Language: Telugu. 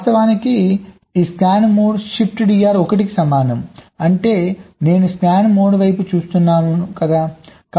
వాస్తవానికి ఇది ఈ స్కాన్ మోడ్ ShiftDR 1 కి సమానం అంటే నేను స్కాన్ మోడ్ వైపు చూస్తున్నాను చూద్దాం